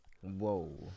Whoa